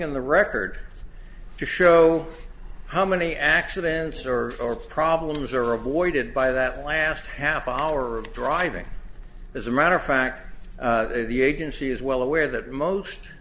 in the record to show how many accidents or our problems are avoided by that last half hour of driving as a matter of fact the agency is well aware that most